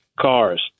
cars